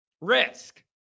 risk